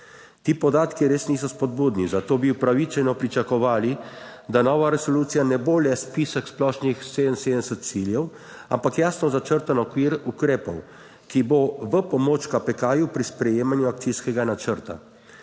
Ti podatki res niso spodbudni, zato bi upravičeno pričakovali, da nova resolucija ne bo le spisek splošnih 77 ciljev, ampak jasno začrtan okvir ukrepov, ki bo v pomoč KPK pri sprejemanju akcijskega načrta.